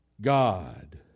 God